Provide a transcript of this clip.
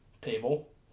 table